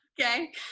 okay